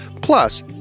Plus